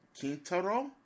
Kintaro